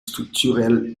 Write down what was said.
structurel